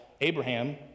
Abraham